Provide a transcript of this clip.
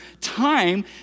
time